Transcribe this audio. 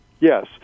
Yes